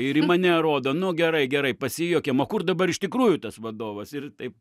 ir į mane rodo nu gerai gerai pasijuokėm o kur dabar iš tikrųjų tas vadovas ir taip